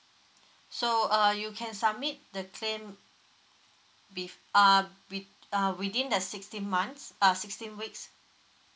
so uh you can submit the claim bef~ uh be uh within the sixteen months uh sixteen weeks